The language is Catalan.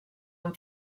amb